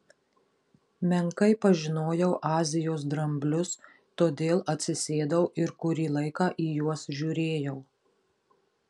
menkai pažinojau azijos dramblius todėl atsisėdau ir kurį laiką į juos žiūrėjau